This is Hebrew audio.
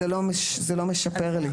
אם זה עד 60 אז זה לא משפר לי.